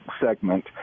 segment